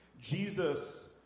Jesus